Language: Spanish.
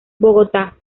bogotá